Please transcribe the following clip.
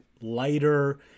lighter